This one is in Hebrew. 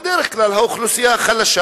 בדרך כלל האוכלוסייה החלשה.